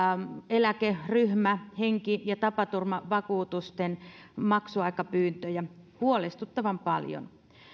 eläke ryhmähenki ja tapaturmavakuutusten maksuaikapyyntöjä huolestuttavan paljon